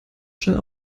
schnell